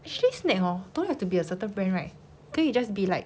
actually snack hor don't have to be a certain brand right 可以 just be like